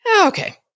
Okay